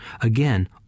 again